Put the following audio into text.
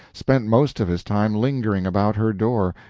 spent most of his time lingering about her door,